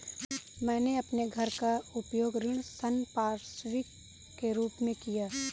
मैंने अपने घर का उपयोग ऋण संपार्श्विक के रूप में किया है